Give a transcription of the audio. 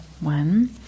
one